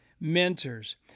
Mentors